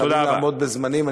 חייבים לעמוד בזמנים.